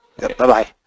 Bye-bye